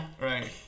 Right